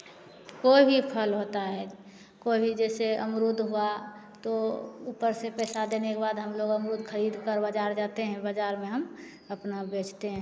कोई भी फल होता है कोई जैसे अमरूद हुआ तो ऊपर से पैसा देने के बाद हम लोग अमरूद खरीद कर बाज़ार जाते हैं बाज़ार में हम अपना बेचते हैं